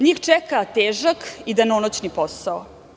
Njih čeka težak i danonoćan posao.